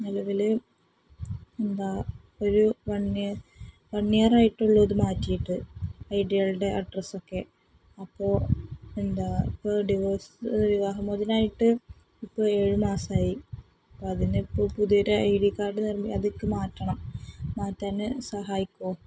നിലവിൽ എന്താ ഒരു വൺ ഇർ വൺ ഇയറായിട്ടുള്ളൂ അത് മാറ്റിയിട്ട് ഐ ഡികളുടെ അഡ്രസ്സ് ഒക്കെ അപ്പോൾ എന്താണ് ഇപ്പം ഡിവോഴ്സ് വിവാഹ മോചനമായിട്ട് ഇപ്പം ഏഴ് മാസമായി അപ്പം അതിനിപ്പോൾ പുതിയ ഒരു ഐ ഡി കാർഡ് എന്ന് അതിലേക്ക് മാറ്റണം മാറ്റാൻ സഹായിക്കാമോ